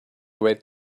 wait